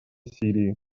сирии